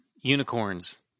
Unicorns